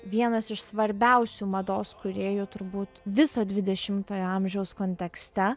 vienas iš svarbiausių mados kūrėjų turbūt viso dvidešimtojo amžiaus kontekste